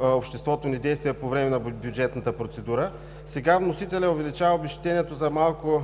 обществото ни действия по време на бюджетната процедура. Сега вносителят увеличава обезщетението за малко